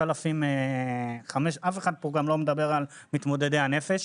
א', אף אחד לא דיבר על מתמודדי הנפש.